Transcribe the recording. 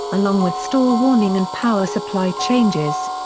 along with stall warning and power supply changes.